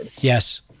Yes